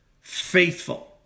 faithful